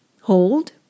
Hold